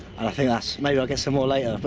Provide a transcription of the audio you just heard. i think that's maybe i'll get some more later. but,